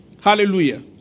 Hallelujah